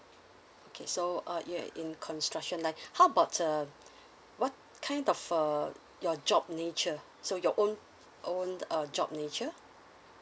okay so uh you are in construction line how about uh what kind of uh your job nature so your own own uh job nature